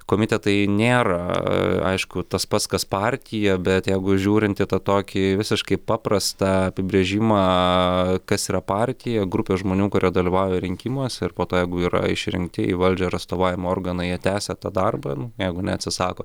komitetai nėra aišku tas pats kas partija bet jeigu žiūrint tą tokį visiškai paprastą apibrėžimą kas yra partija grupė žmonių kurie dalyvauja rinkimuose ir po to jeigu yra išrinkti į valdžią ar atstovavimo organai tęsia tą darbą nu jeigu neatsisako